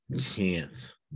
chance